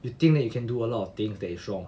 you think that you can do a lot of things that is wrong